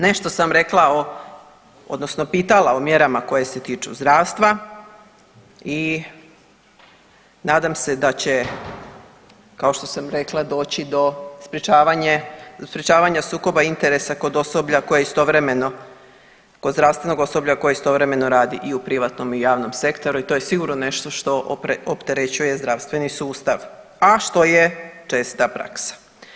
Nešto sam rekla o odnosno pitala o mjerama koje se tiču zdravstva i nadam se da će kao što sam rekla doći do sprječavanja sukoba interesa kod osoblja koje istovremeno, kod zdravstvenog osoblja koje istovremeno radi i u privatnom i u javnom sektoru i to je sigurno nešto što opterećuje zdravstveni sustav, a što je česta praksa.